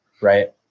right